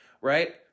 right